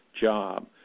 job